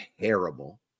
terrible